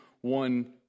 one